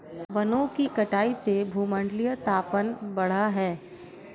वनों की कटाई से भूमंडलीय तापन बढ़ा है